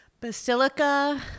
Basilica